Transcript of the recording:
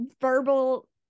verbal